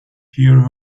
hear